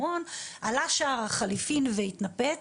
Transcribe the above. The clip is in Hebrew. עלה שער החליפין והתנפץ.